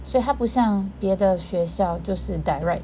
所以他不像别的学校就是 direct